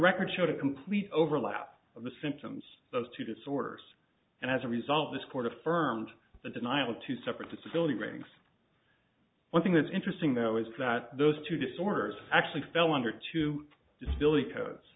records showed a complete overlap of the symptoms those two disorders and as a result this court affirmed the denial to separate disability ratings one thing that's interesting though is that those two disorders actually fell under two disability codes